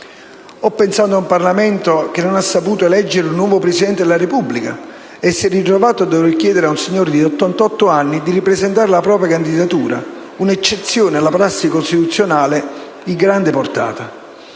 Ho pensato ad un Parlamento che non ha saputo eleggere il nuovo Presidente della Repubblica e che si è ritrovato a dover chiedere ad un signore di 88 anni di ripresentare la propria candidatura: un'eccezione alla prassi costituzionale di grande portata.